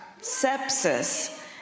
sepsis